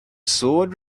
sword